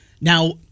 now